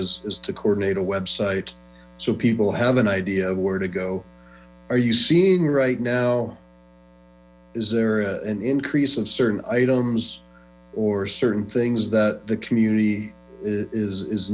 is is to coordinate a web site so people have an idea of where to go are you seeing riht now is there an increase in certain items or certain things that the community is